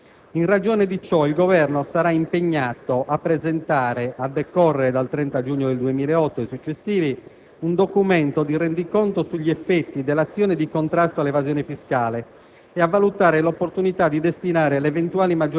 per ridurre la pressione fiscale su famiglie ed imprese. «In ragione di ciò, il Governo sarà impegnato a presentare, a decorrere dal 30 giugno 2008 e successivi, un documento di rendiconto sugli effetti dell'azione di contrasto all'evasione fiscale,